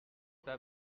pas